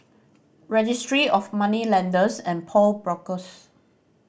Registry of Moneylenders and Pawnbrokers